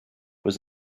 was